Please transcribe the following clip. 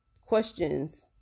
questions